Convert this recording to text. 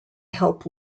help